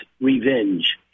revenge